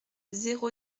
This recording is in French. zéro